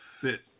fit